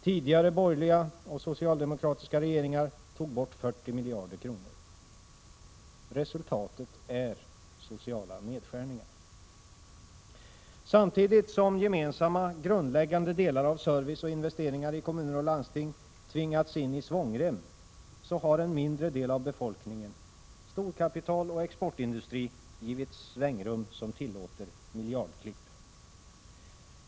Tidigare borgerliga och socialdemokratiska regeringar tog bort 40 miljarder kronor. Resultatet är sociala nedskärningar. Samtidigt som gemensamma, grundläggande delar av service och investeringar i kommuner och landsting tvingats in i svångrem har en mindre del av befolkningen — storkapital och exportindustri — givits svängrum som tillåter miljardklipp.